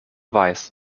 weiß